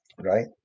right